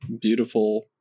beautiful